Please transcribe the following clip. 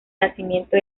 nacimiento